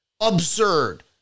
Absurd